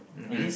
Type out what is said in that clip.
mmhmm